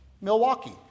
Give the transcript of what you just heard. Milwaukee